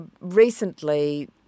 recently